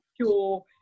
pure